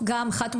אחת